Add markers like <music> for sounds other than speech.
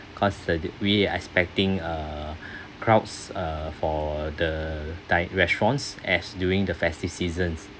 <breath> cause uh we are expecting uh <breath> crowds uh for the dine restaurants as during the festive seasons